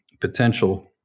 potential